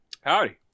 Howdy